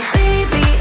baby